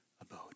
abode